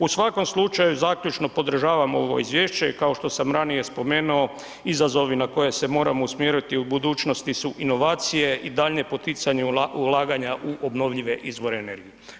U svakom slučaju zaključno podržavam ovo izvješće i kao što sam ranije spomenuo, izazovi na koje se moramo usmjeriti u budućnosti su inovacije i daljnje poticanje ulaganja u obnovljive izvore energije.